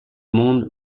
monde